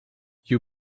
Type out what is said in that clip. you